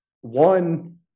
one